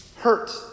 hurt